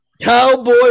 Cowboy